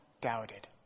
doubted